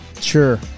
Sure